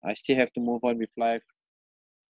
I still have to move on with life